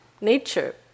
Nature